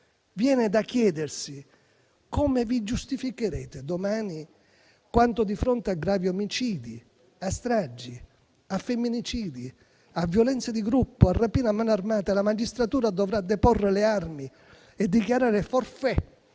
Viene da chiedersi come vi giustificherete domani, quando di fronte a gravi omicidi, a stragi, a femminicidi, a violenze di gruppo, a rapine a mano armata, la magistratura dovrà deporre le armi e dichiarare *forfait*,